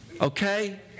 Okay